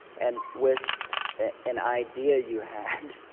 and with an idea you had,